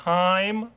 time